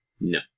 No